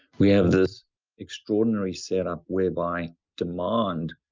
we have this extraordinary setup whereby demand